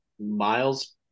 Miles